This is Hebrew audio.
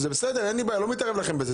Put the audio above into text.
זה בסדר, אני לא מתערב לכם בזה.